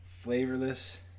Flavorless